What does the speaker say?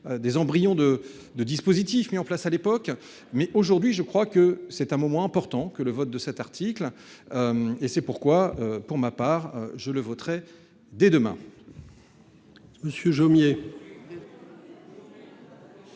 des embryons de de dispositifs mis en place à l'époque, mais aujourd'hui je crois que c'est un moment important que le vote de cet article. Et c'est pourquoi pour ma part je le voterai dès demain.